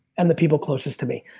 and the people closest to me.